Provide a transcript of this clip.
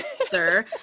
sir